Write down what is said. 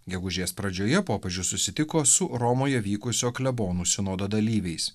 gegužės pradžioje popiežius susitiko su romoje vykusio klebonų sinodo dalyviais